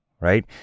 right